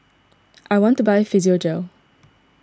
I want to buy Physiogel